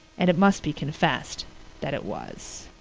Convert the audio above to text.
and it must be confessed that it was.